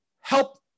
help